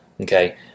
okay